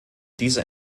diese